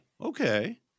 okay